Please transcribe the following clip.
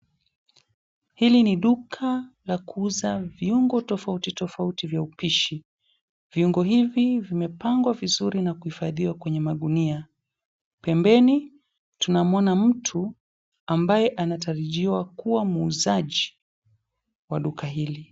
Hili ni duka la kuuza, viungo tofauti tofauti vya upishi. Viungo hivi vimepangwa vizuri na kuhifadhiwa kwenye magunia. Pembeni tunamwona mtu ambaye anatarajiwa kuwa muuzaji wa duka hili.